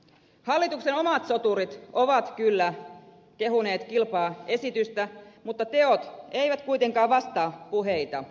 hallituksen omat soturit ovat kyllä kehuneet kilpaa esitystä mutta teot eivät kuitenkaan vastaa puheita